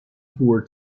four